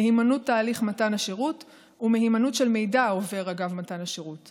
מהימנות תהליך מתן השירות ומהימנות של מידע העובר אגב מתן השירות.